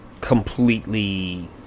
Completely